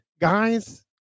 guys